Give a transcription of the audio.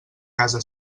casa